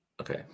Okay